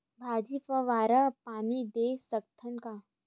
भाजी फवारा पानी दे सकथन का?